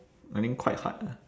I mean quite hard ah